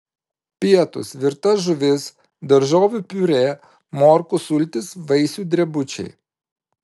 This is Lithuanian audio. pietūs virta žuvis daržovių piurė morkų sultys vaisių drebučiai